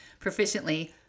proficiently